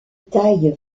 tailles